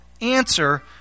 answer